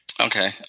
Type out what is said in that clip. Okay